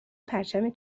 پرچم